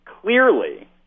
clearly